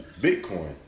Bitcoin